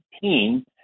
team